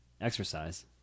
exercise